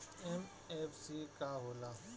MFC का होला?